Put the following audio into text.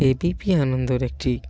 এ B P আনন্দর একটি